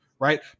right